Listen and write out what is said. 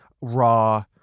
raw